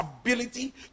ability